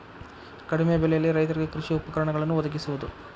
ಕಡಿಮೆ ಬೆಲೆಯಲ್ಲಿ ರೈತರಿಗೆ ಕೃಷಿ ಉಪಕರಣಗಳನ್ನು ವದಗಿಸುವದು